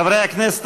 חברי הכנסת,